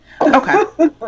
Okay